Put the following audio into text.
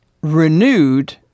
renewed